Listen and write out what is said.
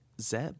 Zeb